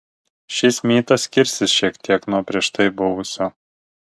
šis mytas skirsis šiek tiek nuo prieš tai buvusio